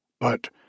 but